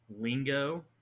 lingo